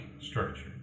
structure